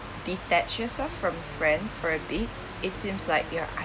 detach yourself from friends for a bit it seems like you're